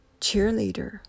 cheerleader